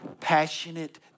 passionate